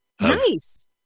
Nice